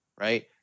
Right